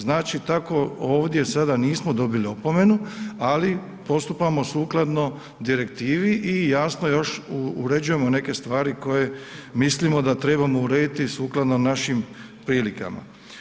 Znači tako ovdje sada nismo dobili opomenu, ali postupamo sukladno direktivi i jasno još uređujemo neke stvari koje mislimo da trebamo urediti sukladno našim prilikama.